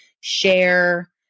share